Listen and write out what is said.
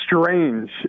strange